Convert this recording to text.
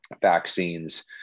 vaccines